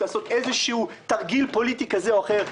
לעשות איזשהו תרגיל פוליטי כזה או אחר.